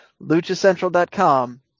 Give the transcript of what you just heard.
LuchaCentral.com